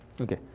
Okay